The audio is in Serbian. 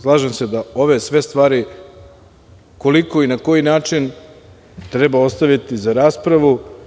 Slažem se da ove sve stvari, koliko i na koji način, treba ostaviti za raspravu.